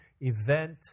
event